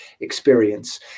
experience